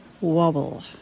Wobble